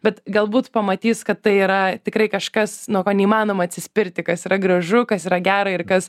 bet galbūt pamatys kad tai yra tikrai kažkas nuo ko neįmanoma atsispirti kas yra gražu kas yra gera ir kas